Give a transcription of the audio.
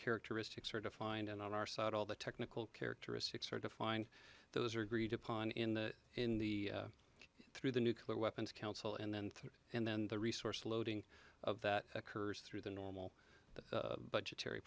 characteristics are defined and on our side all the technical characteristics are defined those are agreed upon in the in the through the nuclear weapons council and then through and then the resource loading of that occurs through the normal budgetary